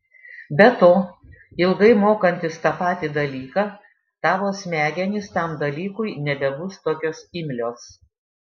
be to ilgai mokantis tą patį dalyką tavo smegenys tam dalykui nebebus tokios imlios